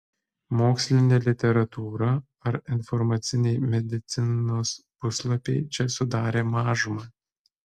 mokslinė literatūra ar informaciniai medicinos puslapiai čia sudarė mažumą